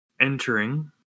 entering